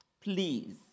please